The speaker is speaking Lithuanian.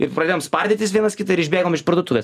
ir pradėjom spardytis vienas kitą ir išbėgom iš parduotuvės